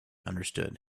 understood